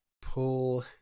pull